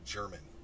German